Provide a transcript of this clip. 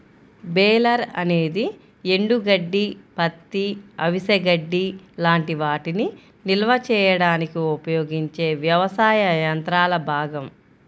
baler అనేది ఎండుగడ్డి, పత్తి, అవిసె గడ్డి లాంటి వాటిని నిల్వ చేయడానికి ఉపయోగించే వ్యవసాయ యంత్రాల భాగం